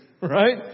Right